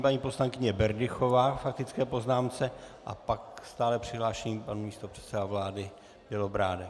Nyní paní poslankyně Berdychová k faktické poznámce a pak stále přihlášený pan místopředseda vlády Bělobrádek.